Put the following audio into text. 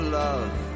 love